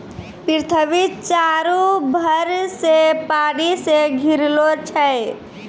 पृथ्वी चारु भर से पानी से घिरलो छै